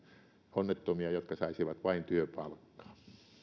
onnettomia jotka saisivat vain työpalkkaa